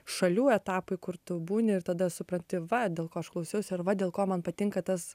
šalių etapai kur tu būni ir tada supranti va dėl ko aš klausiausi ar va dėl ko man patinka tas